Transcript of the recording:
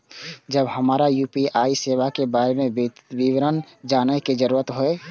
जब हमरा यू.पी.आई सेवा के बारे में विवरण जानय के जरुरत होय?